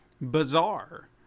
bizarre